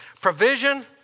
Provision